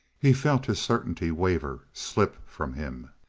he felt his certainty waver, slip from him.